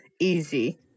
easy